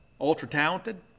ultra-talented